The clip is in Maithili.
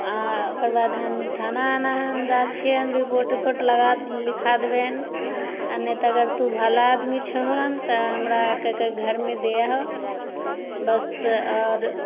आओर ओकर बाद हैन थाना आना हम जाइ छियै रिपोर्ट उपोर्ट लगा लिखा देबनि आओर नहि तऽ अगर तू भला आदमी छहोअन तऽ हमरा आ करिके घरमे दे आहो बस आरो